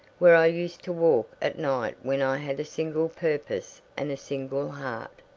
where i used to walk at night when i had a single purpose and a single heart.